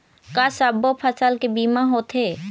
का सब्बो फसल के बीमा होथे?